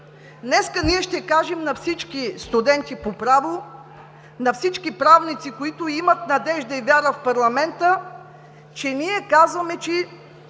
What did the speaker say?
Днес ние ще кажем на всички студенти по право, на всички правници, които имат надежда и вяра в парламента, че не сме